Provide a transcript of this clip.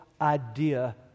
idea